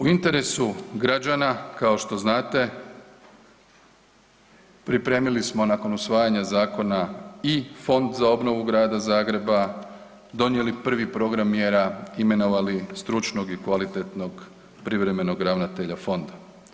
U interesu građana kao što znate pripremili smo nakon usvajanja zakona i Fond za obnovu Grada Zagreba, donijeli prvi program mjera, imenovali stručnog i kvalitetnog privremenog ravnatelja fonda.